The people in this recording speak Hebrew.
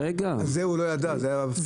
על זה הוא לא ידע, זאת הייתה הפתעה.